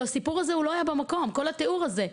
הסיפור הזה הוא לא היה במקום, כל התיאור הזה.